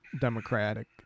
democratic